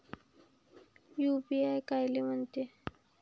UPI कायले म्हनते?